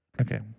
okay